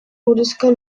buruzko